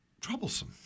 troublesome